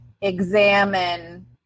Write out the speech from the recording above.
examine